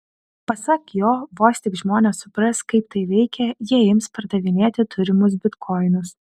pasak jo vos tik žmonės supras kaip tai veikia jie ims pardavinėti turimus bitkoinus